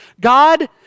God